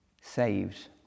saved